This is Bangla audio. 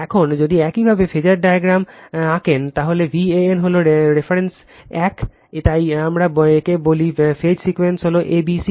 এখন যদি একইভাবে ফেজার ডায়াগ্রাম আঁকেন তাহলে ভ্যান হল রেফারেন্স এক তাই আমরা একে বলি ফেজ সিকোয়েন্স হল a b c